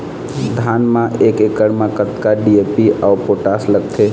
धान म एक एकड़ म कतका डी.ए.पी अऊ पोटास लगथे?